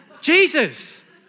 Jesus